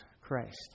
Christ